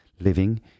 living